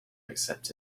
accept